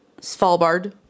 Svalbard